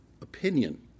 opinion